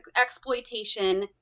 exploitation